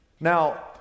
Now